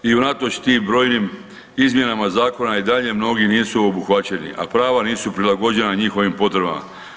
I unatoč tim brojnim izmjenama zakona i dalje mnogi nisu obuhvaćeni, a prava nisu prilagođena njihovim potrebama.